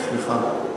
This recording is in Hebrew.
כן, סליחה,